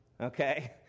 okay